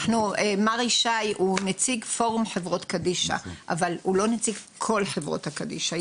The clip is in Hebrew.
מר ישי הוא נציג פורום חברות קדישא אבל הוא לא נציג כל חברות הקדישא,